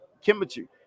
chemistry